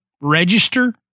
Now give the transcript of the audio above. register